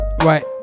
right